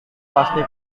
pasti